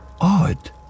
odd